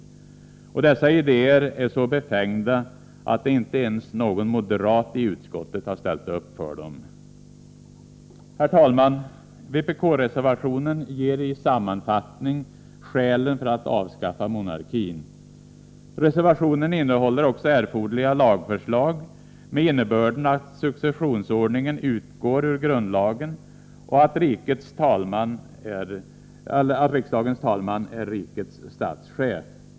Dessa idéer är så befängda att inte ens någon moderat i utskottet har ställt upp för dem. Herr talman! Vpk-reservationen ger i sammanfattning skälen för att monarkin bör avskaffas. Reservationen innehåller också erforderliga lagförslag med innebörden att successionsordningen skall utgå ur grundlagen och att riksdagens talman är rikets statschef.